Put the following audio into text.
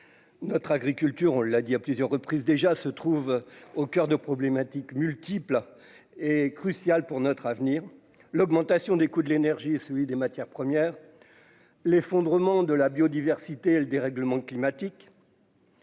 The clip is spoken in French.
notre agriculture, on l'a dit à plusieurs reprises déjà, se trouve au coeur de problématiques multiple est crucial pour notre avenir, l'augmentation des coûts de l'énergie et celui des matières premières, l'effondrement de la biodiversité et le dérèglement climatique.